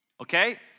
Okay